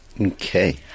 Okay